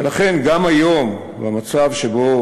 ולכן, גם היום, במצב שבו